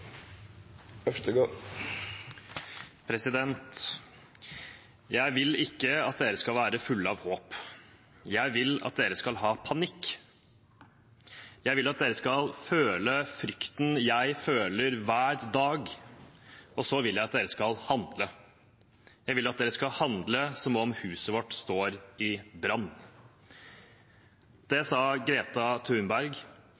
Jeg vil ikke at dere skal være fulle av håp, jeg vil at dere skal ha panikk. Jeg vil at dere skal føle frykten jeg føler hver dag, og så vil jeg at dere skal handle. Jeg vil at dere skal handle som om huset vårt står i brann. Det